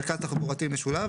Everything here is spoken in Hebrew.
3. מרכז תחבורתי משולב.